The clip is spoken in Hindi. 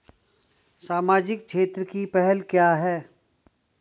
सामाजिक क्षेत्र की पहल क्या हैं?